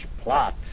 plot